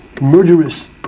murderous